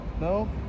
No